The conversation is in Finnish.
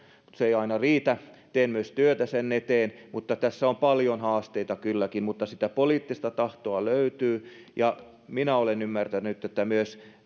se ei aina riitä teen myös työtä sen eteen tässä on paljon haasteita kylläkin mutta sitä poliittista tahtoa löytyy ja minä olen ymmärtänyt että myös